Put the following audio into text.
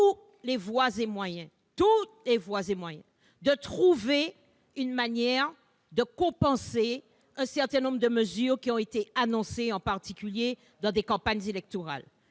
tous les voies et moyens, de trouver une manière de compenser un certain nombre de mesures qui ont été annoncées, en particulier pendant les campagnes électorales,